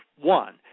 one